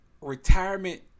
retirement